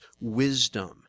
wisdom